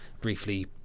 briefly